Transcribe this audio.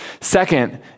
Second